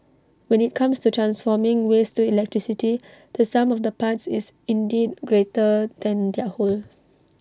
when IT comes to transforming waste to electricity the sum of the parts is indeed greater than their whole